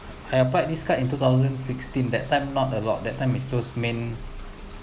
I applied this in two thousand sixteen that time not a lot that time is still main